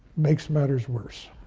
makes matters worse.